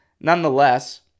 nonetheless